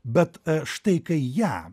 bet štai kai ją